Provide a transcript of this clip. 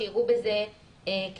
יראו בזה כהכנסה.